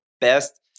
best